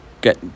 get